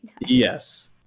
Yes